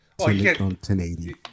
1080